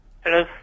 Hello